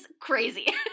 crazy